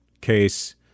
case